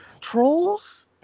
Trolls